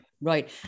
right